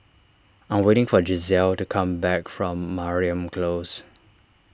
I am waiting for Gisele to come back from Mariam Close